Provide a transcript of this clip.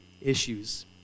issues